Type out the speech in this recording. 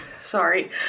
Sorry